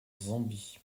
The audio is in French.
zambie